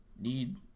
need